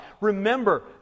Remember